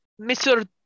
Mr